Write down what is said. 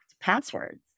passwords